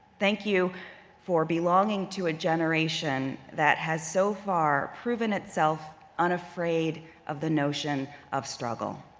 thank you for belonging to a generation that has so far proven itself unafraid of the notion of struggle.